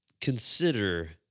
consider